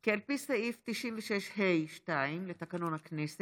כי על פי סעיף 96(ה)(2) לתקנון הכנסת,